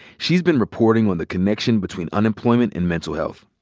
she's been reporting on the connection between unemployment and mental health.